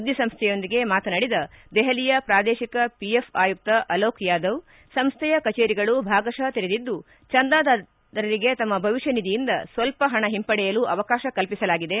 ಸುದ್ದಿ ಸಂಸ್ಥೆಯೊಂದಿಗೆ ಮಾತನಾಡಿದ ದೆಹಲಿಯ ಪ್ರಾದೇಶಿಕ ಪಿಎಫ್ ಆಯುಕ್ತ ಅಲೋಕ್ ಯಾದವ್ ಸಂಸ್ಥೆಯ ಕಚೇರಿಗಳು ಭಾಗತಃ ತೆರೆದಿದ್ದು ಚಂದಾದಾರರಿಗೆ ತಮ್ಮ ಭವಿಷ್ಯ ನಿಧಿಯಿಂದ ಸ್ವಲ್ಪ ಹಣ ಹಿಂಪಡೆಯಲು ಅವಕಾಶ ಕಲ್ಪಿಸಲಾಗಿದೆ